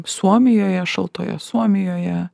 suomijoje šaltoje suomijoje